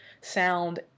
sound